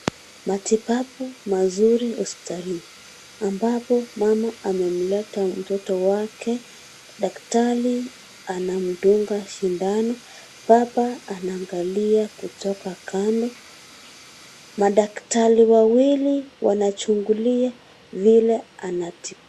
Matibabu mazuri hospitalini ambapo mama amemleta mtoto wake, daktari anamdunga sindano , baba anaangalia kutoka kando , madaktari wawili wanachungulia vile anatibiwa.